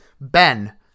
Ben